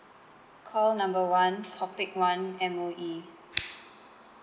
call number one topic one M_O_E